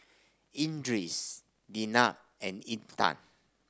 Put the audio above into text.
Idris Jenab and Intan